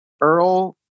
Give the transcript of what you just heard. Earl